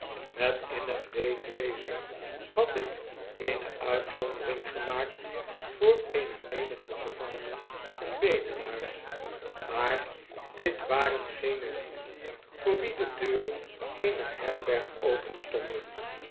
met innig leedwezen had ik eene uitzondering gemaakt voor eene menigte gevangenen en bedelaars maar dit waren geene iieden voor wie de deuren eener herberg